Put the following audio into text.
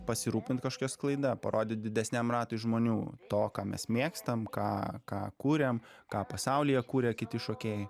pasirūpint kažkokia sklaida parodyt didesniam ratui žmonių to ką mes mėgstam ką ką kuriam ką pasaulyje kuria kiti šokėjai